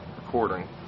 recording